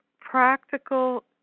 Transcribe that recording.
practical